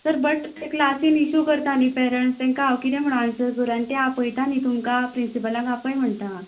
sir but ते क्लासीन issue करता न्ही पॅरंट्स तांकां हांव कितें म्हणून आन्सर करूं आनी ते आपयता न्हय तुमकां प्रिन्सिपलाक आपय म्हणटा